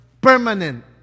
Permanent